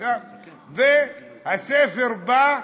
והספר בא,